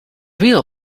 real